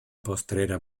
postrera